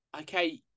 okay